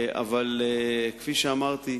אבל כפי שאמרתי,